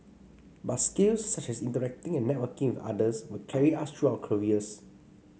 but skills such as interacting and networking with others will carry us through our careers